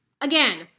again